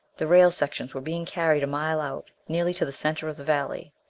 the rail sections were being carried a mile out, nearly to the center of the valley.